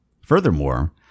Furthermore